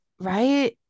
Right